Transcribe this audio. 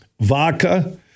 Vodka